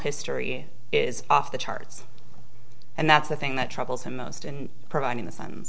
history is off the charts and that's the thing that troubles me most in providing the